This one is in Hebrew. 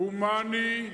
הומני,